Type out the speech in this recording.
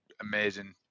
amazing